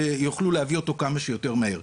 ויוכלו להביא אותו כמה שיותר מהר.